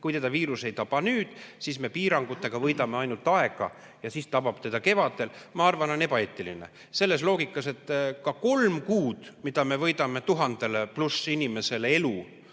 inimest viirus ei taba nüüd, siis me piirangutega võidame ainult aega ja see tabab teda kevadel, ma arvan, on ebaeetiline. Selles loogikas on ka kolm kuud elu, mida me võidame 1000+ inimesele,